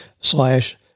slash